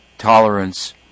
tolerance